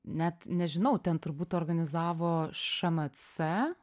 net nežinau ten turbūt organizavo šmc